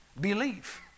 believe